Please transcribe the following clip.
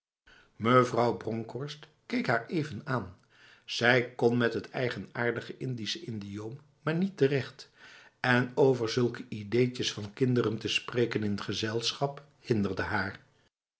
mevrouw bronkhorst keek haar even aan zij kon met het eigenaardig indisch idioom maar niet terecht en over zulke ideetjes van kinderen te spreken in gezelschap hinderde haar